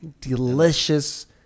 delicious